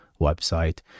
website